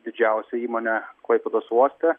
didžiausia įmonė klaipėdos uoste